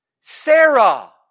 Sarah